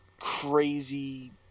crazy